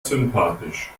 sympathisch